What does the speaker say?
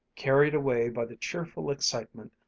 carried away by the cheerful excitement,